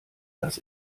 dass